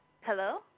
Hello